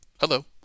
hello